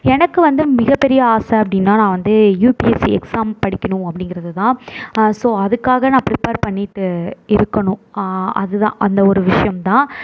எனக்கு வந்து மிக பெரிய ஆசை அப்படினா நான் வந்து யுபிஎஸ்சி எக்ஸாம் படிக்கணும் அப்படிங்கறதுதான் ஸோ அதுக்காக நான் பிரிப்பர் பண்ணிகிட்டு இருக்கணும் அதுதான் அந்த ஒரு விஷயம்தான்